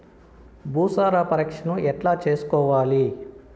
భూసార పరీక్షను ఎట్లా చేసుకోవాలి?